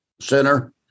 center